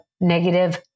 negative